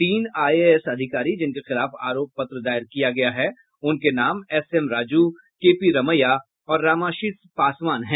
तीन आईएएस अधिकारी जिनके खिलाफ आरोप पत्र दायर किया गया है उनके नाम S M Raju K P Ramaiah और रामाशीष पासवान है